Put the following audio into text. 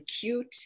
cute